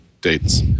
dates